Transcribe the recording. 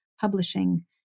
publishing